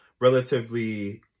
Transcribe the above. relatively